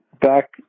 back